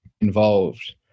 involved